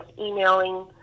emailing